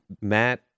Matt